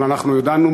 אבל אנחנו יודעים,